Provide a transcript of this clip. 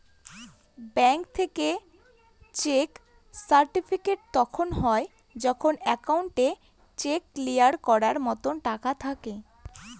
bank থেকে cheque certified তখন হয় যখন একাউন্টে চেক ক্লিয়ার করার মতো টাকা থাকে